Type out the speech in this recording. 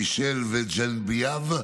מישל וז'נבייב,